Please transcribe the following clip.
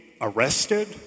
arrested